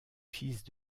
fils